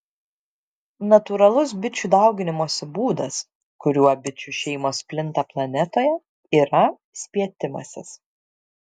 natūralus bičių dauginimosi būdas kuriuo bičių šeimos plinta planetoje yra spietimasis